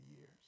years